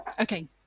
okay